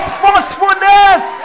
forcefulness